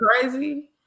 crazy